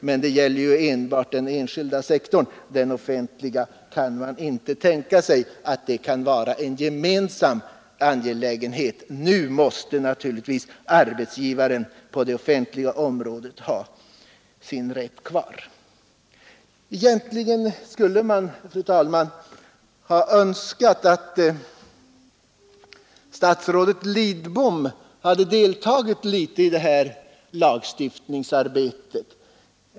Men det gäller ju enbart den privata sektorn; på den offentliga sektorn kan man inte tänka sig att det är en gemensam angelägenhet. Arbetsgivaren på det offentliga området måste naturligtvis ha sin självbestämmanderätt kvar. Egentligen skulle man, fru talman, ha önskat att statsrådet Lidbom hade deltagit litet mer i det här lagstiftningsarbetet.